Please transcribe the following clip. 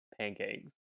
pancakes